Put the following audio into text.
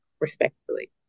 respectfully